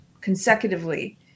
consecutively